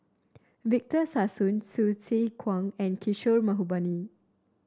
Victor Sassoon Hsu Tse Kwang and Kishore Mahbubani